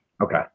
Okay